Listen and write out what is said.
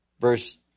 verse